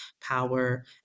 power